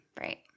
right